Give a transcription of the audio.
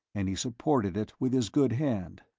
and he supported it with his good hand.